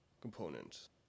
component